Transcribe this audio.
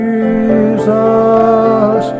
Jesus